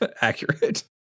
accurate